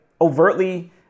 overtly